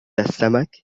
السمك